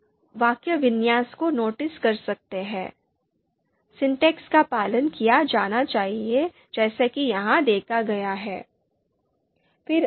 आप वाक्यविन्यास को नोटिस कर सकते हैं सिंटैक्स का पालन किया जाना चाहिए जैसा कि यहां देखा गया है